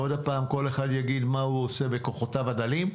עוד פעם כל אחד יגיד מה הוא עושה בכוחותיו הדלים,